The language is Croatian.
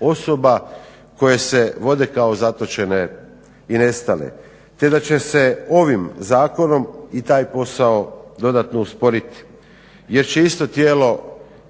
osoba koje se vode kao zatočene i nestale, te da će se ovim zakonom i taj posao dodatno usporiti, jer će isto tijelo